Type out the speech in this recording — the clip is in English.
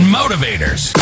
motivators